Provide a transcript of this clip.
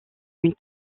une